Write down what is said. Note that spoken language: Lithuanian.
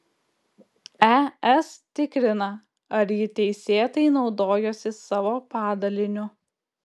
es tikrina ar ji teisėtai naudojosi savo padaliniu